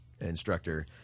instructor